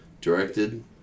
directed